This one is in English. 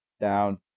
down